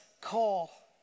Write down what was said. call